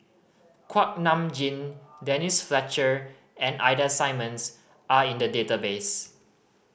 Kuak Nam Jin Denise Fletcher and Ida Simmons are in the database